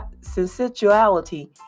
sensuality